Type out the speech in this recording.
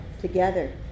together